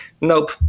Nope